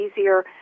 easier